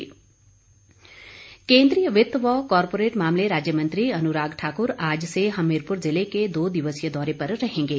अनुराग केंद्रीय वित्त व कॉरपोरेट मामले राज्य मंत्री अनुराग ठाकुर आज से हमीरपुर जिले के दो दिवसीय दौरे पर रहेंगे